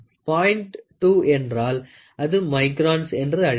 2 என்றால் அது மைக்ரான்ஸ் என்று அழைக்கலாம்